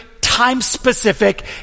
time-specific